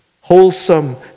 wholesome